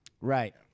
Right